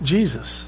Jesus